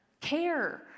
Care